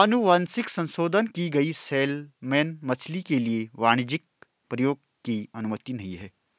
अनुवांशिक संशोधन की गई सैलमन मछली के लिए वाणिज्यिक प्रयोग की अनुमति नहीं है